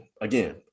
again